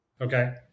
okay